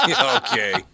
Okay